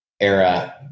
era